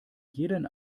jeden